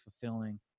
fulfilling